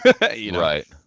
Right